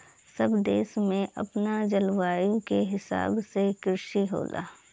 सब देश में अपना जलवायु के हिसाब से कृषि होला